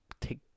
take